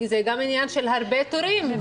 זה גם עניין של הרבה תורים.